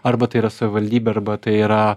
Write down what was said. arba tai yra savivaldybė arba tai yra